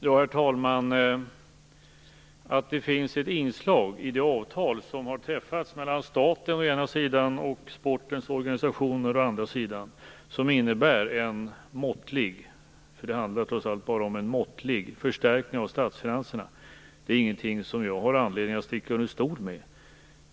Herr talman! Att det i det avtal som har träffats mellan staten å ena sidan och sportens organisationer å andra sidan finns ett inslag som innebär en måttlig förstärkning - det är trots allt bara en måttlig sådan - av statsfinanserna är ingenting som jag har anledning att sticka under stol med.